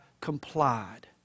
complied